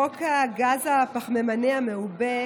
חוק הגז הפחמימני המעובה,